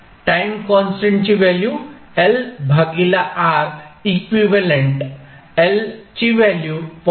time constant ची value L भागीला R equivalent L ची व्हॅल्यू 0